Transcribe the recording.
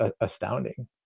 astounding